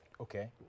Okay